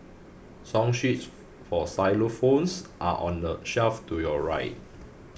song sheets for xylophones are on the shelf to your right